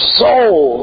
soul